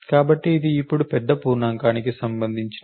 కాబట్టి ఇది ఇప్పుడు పెద్ద పూర్ణాంకానికి సంబంధించినది